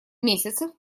месяцев